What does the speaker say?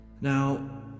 Now